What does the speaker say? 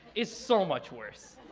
is so much worse.